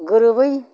गोरोबै